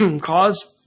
cause